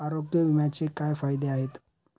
आरोग्य विम्याचे काय फायदे आहेत?